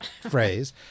phrase